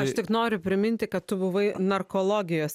aš tik noriu priminti kad tu buvai narkologijos